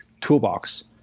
toolbox